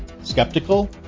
Skeptical